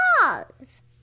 cars